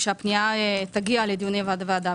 כשהיא תגיע לדיוני הוועדה,